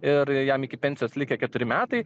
ir jam iki pensijos likę keturi metai